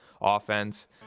offense